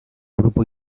grupo